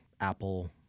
Apple